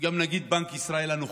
גם נגיד בנק ישראל הנוכחי,